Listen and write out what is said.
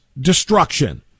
destruction